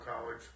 College